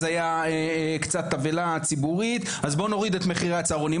הייתה קצת עוולה ציבורית אז בוא נוריד את מחירי הצהרונים.